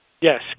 Yes